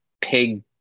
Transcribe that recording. pig